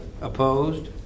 Opposed